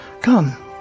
Come